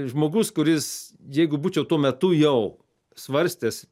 žmogus kuris jeigu būčiau tuo metu jau svarstęs